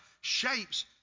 shapes